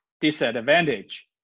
disadvantage